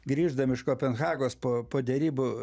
grįždami iš kopenhagos po po derybų